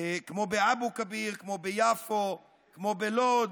כמו באבו כביר, כמו ביפו, כמו בלוד,